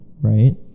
right